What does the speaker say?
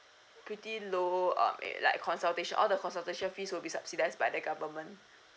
pretty low uh eh like consultation all the consultation fees will be subsidised by the government